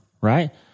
right